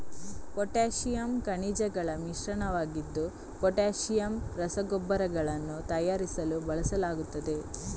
potassium ಖನಿಜಗಳ ಮಿಶ್ರಣವಾಗಿದ್ದು potassium ರಸಗೊಬ್ಬರಗಳನ್ನು ತಯಾರಿಸಲು ಬಳಸಲಾಗುತ್ತದೆ